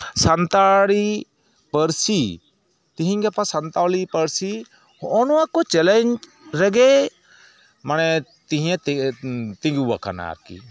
ᱥᱟᱱᱛᱟᱲᱤ ᱯᱟᱹᱨᱥᱤ ᱛᱮᱦᱤᱧ ᱜᱟᱯᱟ ᱥᱟᱱᱛᱟᱲᱤ ᱯᱟᱹᱨᱥᱤ ᱦᱚᱸᱜᱼᱚ ᱱᱚᱣᱟᱠᱚ ᱪᱮᱞᱮᱧᱡᱽ ᱨᱮᱜᱮ ᱢᱟᱱᱮ ᱛᱮᱦᱤᱧᱮ ᱛᱤᱸᱩ ᱟᱠᱟᱱᱟ ᱟᱨᱠᱤ